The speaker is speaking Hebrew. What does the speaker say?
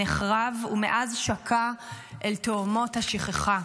נחרב ומאז שקע אל תהומות השכחה.